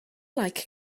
like